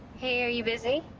hey, are you busy?